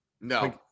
No